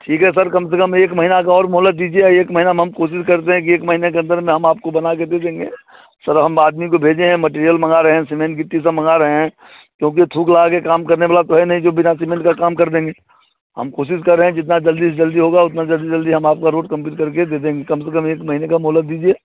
ठीक है सर कम से कम एक महीने की और मोहलत दीजिए एक महीने में हम कोशिश करते हैं कि एक महीने के अंदर में हम आपको बना के दे देंगे सर हम आदमी को भेजे हैं मटिरियल मंगा रहे हैं सिमेंट गिट्टी सब मंगा रहे हैं क्योंकि थूक लगा के काम करने वाला तो है नहीं कि बिना सिमेंट के काम कर देंगे हम कोशिश कर रहे जितना जल्दी से जल्दी होगा उतना जल्दी से जल्दी हम आपकी रोड कम्प्लीट कर के दे देंगे कम से कम एक महीने की मोहलत दीजिए